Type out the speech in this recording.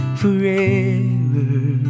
forever